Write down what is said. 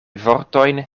vortojn